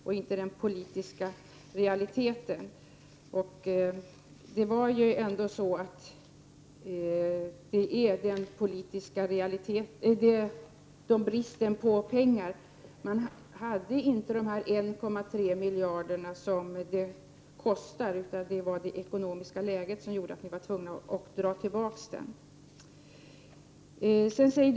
Men den politiska realiteten är ju ändå bristen på pengar: Man hade inte de 1,3 miljarder som det kostar. Det var alltså det ekonomiska läget som gjorde att man var tvungen att dra tillbaka den utfästelsen.